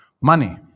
money